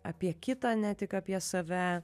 apie kitą ne tik apie save